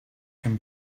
can